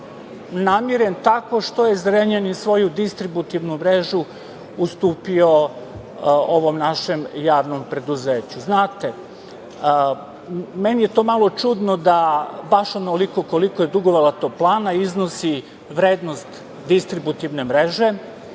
namiren tako što je Zrenjanin svoju distributivnu mrežu ustupio ovom našem javnom preduzeću. Znate, meni je to malo čudno da baš onoliko koliko je dugovala toplana iznosi vrednost distributivne mreže.